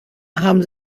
haben